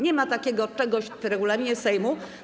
Nie ma takiego czegoś w regulaminie Sejmu.